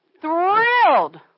Thrilled